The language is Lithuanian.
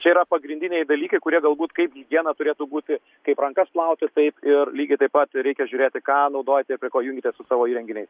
čia yra pagrindiniai dalykai kurie galbūt kaip higiena turėtų būti kaip rankas plauti taip ir lygiai taip pat reikia žiūrėti ką naudojate prie ko jungiatės su savo įrenginiais